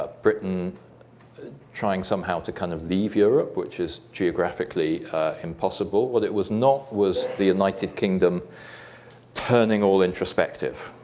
ah britain trying somehow to kind of leave europe, which is geographically impossible. what it was not was the united kingdom turning all introspective,